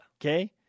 Okay